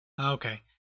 Okay